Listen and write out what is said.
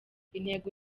intego